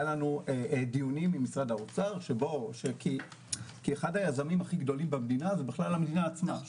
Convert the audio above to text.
היו לנו דיונים עם משרד האוצר כי אחד היזמים הגדולים זו המדינה עצמה.